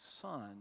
son